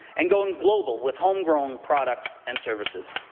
and going global with home-grown products and services.